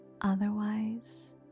Otherwise